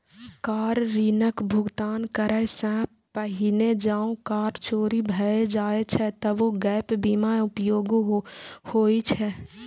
car ऋणक भुगतान करै सं पहिने जौं कार चोरी भए जाए छै, तबो गैप बीमा उपयोगी होइ छै